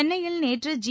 சென்னையில் நேற்று ஜி